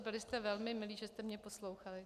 Byli jste velmi milí, že jste mě poslouchali.